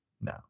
No